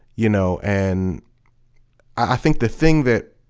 you know, and i think the thing that